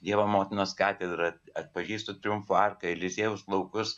dievo motinos katedra atpažįstu triumfo arką eliziejaus laukus